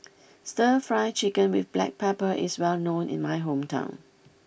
Stir Fry Chicken with black pepper is well known in my hometown